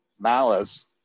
malice